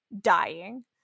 dying